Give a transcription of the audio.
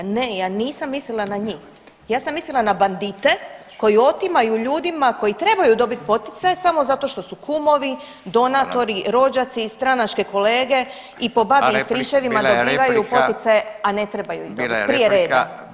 Ne, ja nisam mislila na njih, ja sam mislila na bandite koji otimaju ljudima koji trebaju dobit poticaj samo zato što su kumovi, donatori, rođaci i stranačke kolege i po bavi i stričevima [[Upadica Radin: Bila je replika.]] dobivaju poticaje, a ne trebaju dobiti prije reda.